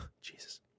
Jesus